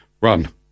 Run